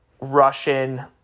Russian